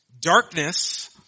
Darkness